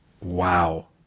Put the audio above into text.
Wow